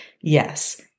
yes